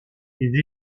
les